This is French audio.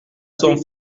sont